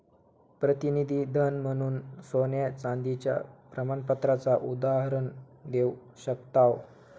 प्रतिनिधी धन म्हणून सोन्या चांदीच्या प्रमाणपत्राचा उदाहरण देव शकताव